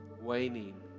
waning